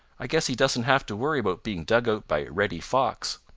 i guess he doesn't have to worry about being dug out by reddy fox.